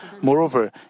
Moreover